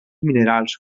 minerals